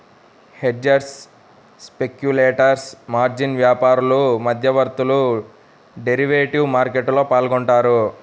hedgers, speculators, margin వ్యాపారులు, మధ్యవర్తులు derivative మార్కెట్లో పాల్గొంటారు